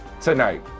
tonight